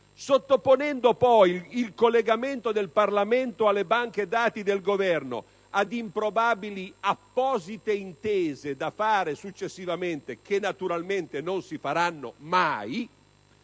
sottoponendo poi il collegamento del Parlamento alle banche dati del Governo ad improbabili apposite intese da fare successivamente, e che naturalmente non si faranno mai,